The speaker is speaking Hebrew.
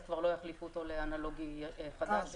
כבר לא יחליפו אותו לאנלוגי חדש.